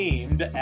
Named